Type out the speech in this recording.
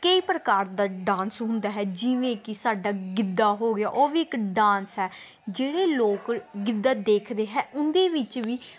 ਕਈ ਪ੍ਰਕਾਰ ਦਾ ਡਾਂਸ ਹੁੰਦਾ ਹੈ ਜਿਵੇਂ ਕਿ ਸਾਡਾ ਗਿੱਧਾ ਹੋ ਗਿਆ ਉਹ ਵੀ ਇੱਕ ਡਾਂਸ ਹੈ ਜਿਹੜੇ ਲੋਕ ਗਿੱਧਾ ਦੇਖਦੇ ਹੈ ਉਹਦੇ ਵਿੱਚ ਵੀ